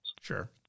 Sure